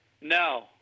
No